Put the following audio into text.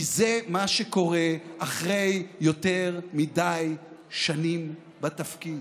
כי זה מה שקורה אחרי יותר מדי שנים בתפקיד.